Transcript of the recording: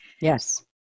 Yes